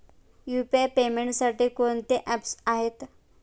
UPI पेमेंटसाठी कोणकोणती apps आहेत?